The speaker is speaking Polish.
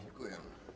Dziękuję.